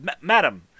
madam